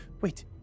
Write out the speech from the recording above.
Wait